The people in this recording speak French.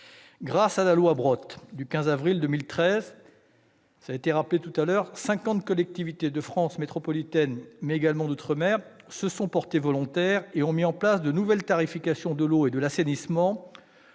Grâce à la loi Brottes du 15 avril 2013, quelque cinquante collectivités de France métropolitaine, mais également d'outre-mer, se sont portées volontaires et ont mis en place, simultanément, de nouvelles tarifications de l'eau et de l'assainissement